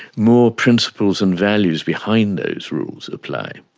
more principles and values behind those rules apply.